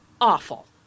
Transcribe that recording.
awful